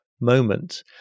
moment